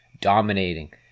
dominating